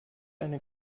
eine